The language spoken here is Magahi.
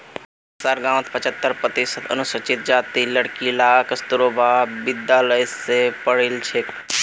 हमसार गांउत पछहत्तर प्रतिशत अनुसूचित जातीर लड़कि ला कस्तूरबा विद्यालय स पढ़ील छेक